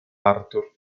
arthur